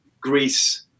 Greece